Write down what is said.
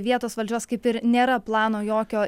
vietos valdžios kaip ir nėra plano jokio